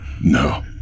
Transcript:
No